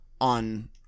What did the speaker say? on